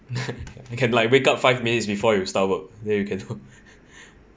you can like wake up five minutes before you start work then you can